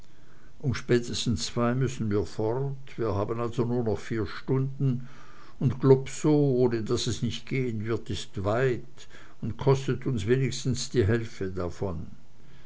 um spätestens zwei müssen wir fort wir haben also nur noch vier stunden und globsow ohne das es nicht gehen wird ist weit und kostet uns wenigstens die hälfte davon